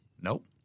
Nope